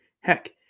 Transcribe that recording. Heck